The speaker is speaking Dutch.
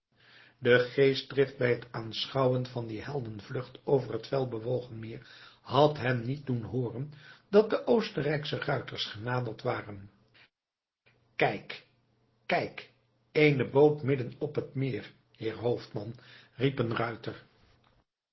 de geestdrift bij het aanschouwen van die heldenvlucht over het fel bewogen meer had hen niet doen hooren dat de oostenrijksche ruiters genaderd waren kijk kijk eene boot midden op het meer heer hoofdman riep een ruiter